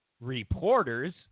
reporters